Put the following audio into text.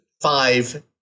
five